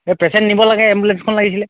এই পেচেণ্ট নিব লাগে এম্বুলেঞ্চখন লাগছিলে